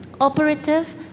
operative